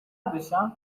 بشم